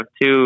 two